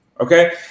okay